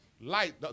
Light